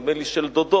נדמה לי של דודו,